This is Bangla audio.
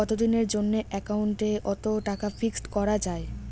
কতদিনের জন্যে একাউন্ট ওত টাকা ফিক্সড করা যায়?